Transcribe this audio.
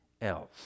else